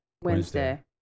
Wednesday